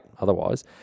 otherwise